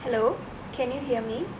hello can you hear me